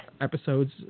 episodes